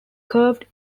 curved